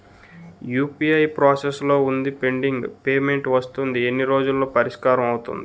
UPI process లో వుంది pending payment వస్తుంది ఎన్ని రోజుల్లో పరిష్కారం అవుతుంది